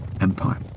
empire